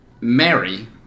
Mary